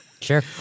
Sure